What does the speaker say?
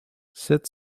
sept